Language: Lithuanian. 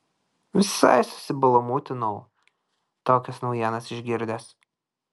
visai susibalamūtinau tokias naujienas išgirdęs